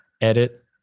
edit